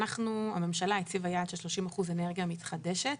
הממשלה הציבה יעד של 30% אנרגיה מתחדשת.